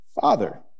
father